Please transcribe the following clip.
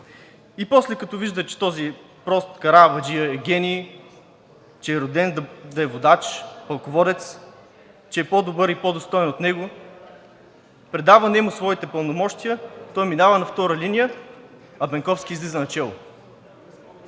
И после, като вижда, че този прост караабаджия е гений, че е роден да е водач, пълководец, че е по-добър и по-достоен от него, предава нему своите пълномощия, той минава на втора линия, а Бенковски излиза начело.“